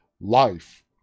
life